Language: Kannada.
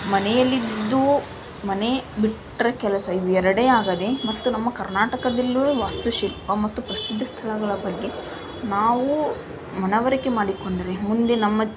ಮನೆಯಲ್ಲಿದ್ದು ಮನೆ ಬಿಟ್ಟರೆ ಕೆಲಸ ಇವು ಎರಡೇ ಆಗದೇ ಮತ್ತು ನಮ್ಮ ಕರ್ನಾಟಕದಲ್ಲಿರುವ ವಾಸ್ತುಶಿಲ್ಪ ಮತ್ತು ಪ್ರಸಿದ್ಧ ಸ್ಥಳಗಳ ಬಗ್ಗೆ ನಾವು ಮನವರಿಕೆ ಮಾಡಿಕೊಂಡರೆ ಮುಂದೆ ನಮ್ಮ